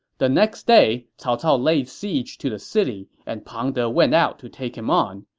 the next day, cao cao laid siege to the city, and pang de went out to take him on.